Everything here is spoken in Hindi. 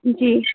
जी